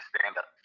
stand-up